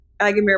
Agamir